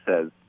says